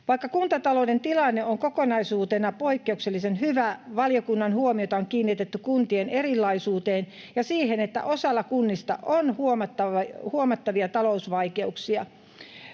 Vaikka kuntatalouden tilanne on kokonaisuutena poikkeuksellisen hyvä, valiokunnan huomiota on kiinnitetty kuntien erilaisuuteen ja siihen, että osalla kunnista on huomattavia talousvaikeuksia.